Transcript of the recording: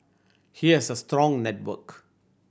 he has a strong network